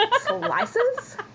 slices